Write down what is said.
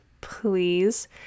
please